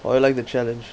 but I like the challenge